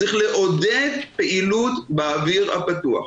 צריך לעודד פעילות באוויר הפתוח.